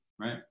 right